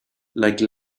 like